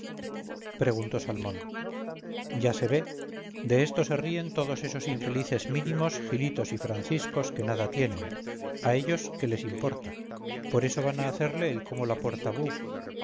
preguntó salmón ya se ve de esto se ríen todos esos infelices mínimo gilitos y franciscos que nada tienen a ellos qué les importa por eso van a hacerle el como la porta